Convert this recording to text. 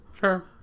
Sure